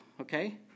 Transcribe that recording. okay